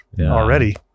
already